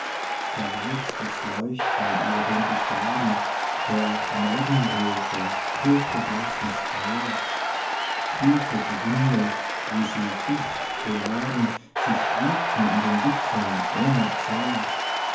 weit das leuchten über den gestaden der morgenröte purpurblassen strahl fühlte die winde wie sie duftbeladen sich wiegten in den wipfeln ohne zahl